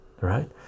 right